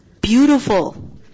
beautiful